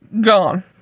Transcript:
gone